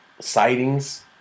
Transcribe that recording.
Sightings